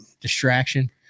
distraction